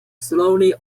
slowly